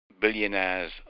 Billionaire's